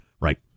Right